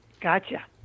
Gotcha